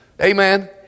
Amen